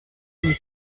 die